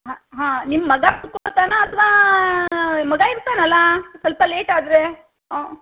ಹಾಂ ಹಾಂ ನಿಮ್ಮ ಮಗ ಕೂತ್ಕೊತಾನಾ ಅಥವಾ ಮಗ ಇರ್ತಾನಲ್ಲಾ ಸ್ವಲ್ಪ ಲೇಟ್ ಆದರೆ ಹಾಂ